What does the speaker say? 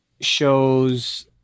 shows